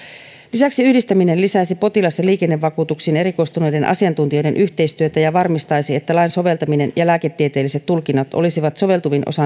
lisäksi yhdistäminen lisäisi potilas ja liikennevakuutuksiin erikoistuneiden asiantuntijoiden yhteistyötä ja varmistaisi että lain soveltaminen ja lääketieteelliset tulkinnat olisivat soveltuvin